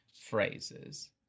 phrases